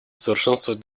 совершенствовать